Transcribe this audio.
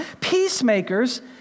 peacemakers